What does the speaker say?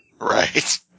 Right